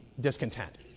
discontent